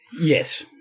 Yes